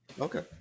Okay